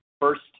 First